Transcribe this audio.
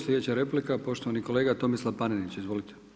Sljedeća replika je poštovani kolega Tomislav Panenić, izvolite.